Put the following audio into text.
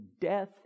death